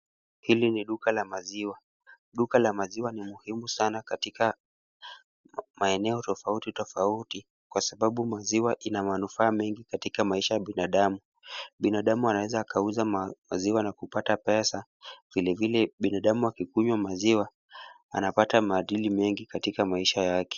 Hili ni duka la maziwa. Duka la maziwa ni muhimu sana katika maeneo tofauti tofauti kwa sababu maziwa ina manufaa mengi katika maisha ya binadamu. Binadamu anaweza akauza maziwa na kupata pesa. Vile vile binadamu akikunywa maziwa anapata maadili mengi katika maisha yake.